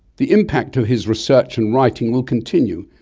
the impact of his research and writing will continue,